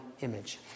image